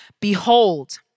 behold